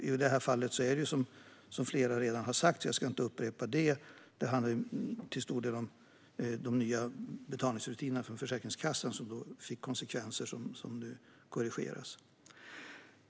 I det här fallet handlar det om de nya betalningsrutinerna för Försäkringskassan som fick konsekvenser som nu korrigeras. Detta är det redan flera som har talat om, så jag ska inte upprepa det.